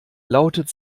lautet